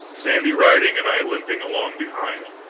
sandy riding and i limping along behind.